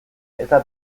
eta